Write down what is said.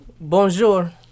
Bonjour